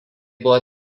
buvo